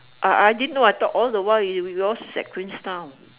I I didn't know I thought all the while yours at queenstown